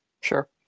Sure